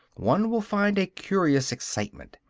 one will find a curious excitement,